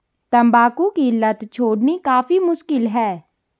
तंबाकू की लत छोड़नी काफी मुश्किल है